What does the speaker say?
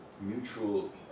mutual